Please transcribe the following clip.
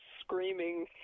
screaming